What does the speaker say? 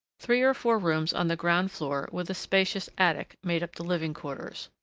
three or four rooms on the ground floor with a spacious attic made up the living quarters.